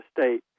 state